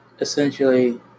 essentially